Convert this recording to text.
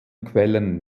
quellen